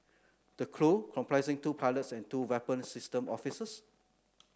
the crew comprising two pilots and two weapon system officers